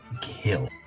Kill